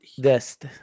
Dest